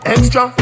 Extra